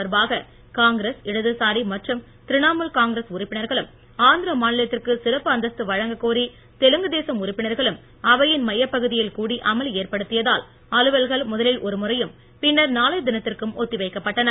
தொடர்பாக காங்கிரஸ் இடதுசாரி மற்றும் திரிணமுல் காங்கிரஸ் உறுப்பினர்களும் ஆந்திர மாநிலத்திற்கு சிறப்பு அந்தஸ்து வழங்க கோரி தெலுங்குதேச உறுப்பினர்களும் அவையின் மையப் பகுதியில் கூடி அமளி ஏற்படுத்தியதால் அலுவல்கள் முதலில் ஒருமுறையும் பின்னர் நாளைய தினத்திற்கும் ஒத்தி வைக்கப்பட்டன